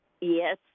Yes